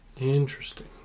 interesting